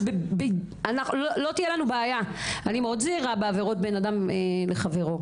אני מאוד זהירה בעבירות בין אדם לחברו,